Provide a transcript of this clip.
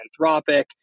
Anthropic